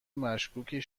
مشکوکی